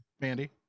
Mandy